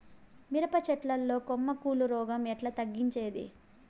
మిరప చెట్ల లో కొమ్మ కుళ్ళు రోగం ఎట్లా తగ్గించేది?